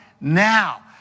now